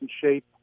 shape